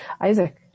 Isaac